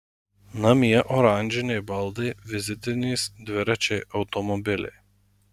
namie oranžiniai baldai vizitinės dviračiai automobiliai